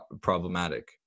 problematic